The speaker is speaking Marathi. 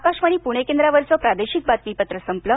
आकाशवाणी पूणे केंद्रावरचं प्रादेशिक बातमीपत्र संपलं